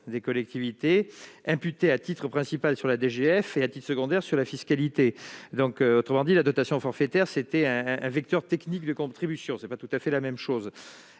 des collectivités, imputée à titre principal sur la DGF et à titre secondaire sur la fiscalité. La dotation forfaitaire est un vecteur technique de contribution, ce qui n'est pas tout à fait la même chose.